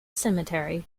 cemetery